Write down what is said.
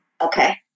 Okay